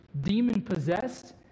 demon-possessed